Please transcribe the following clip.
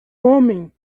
homem